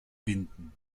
binden